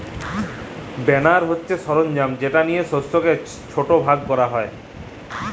বেলার হছে সরলজাম যেট লিয়ে শস্যকে ছট ভাগ ক্যরা হ্যয়